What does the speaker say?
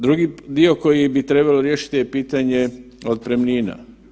Drugi dio koji bi trebalo riješiti je pitanje otpremnina.